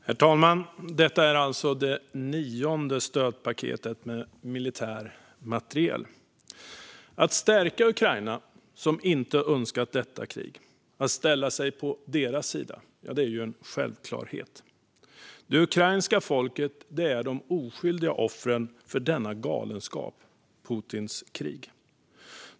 Herr talman! Detta är det nionde stödpaketet med militär materiel. Att stärka Ukraina, som inte har önskat detta krig, och att ställa sig på deras sida är en självklarhet. Det ukrainska folket är de oskyldiga offren för denna galenskap, Putins krig.